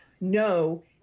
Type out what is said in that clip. No